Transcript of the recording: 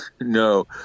No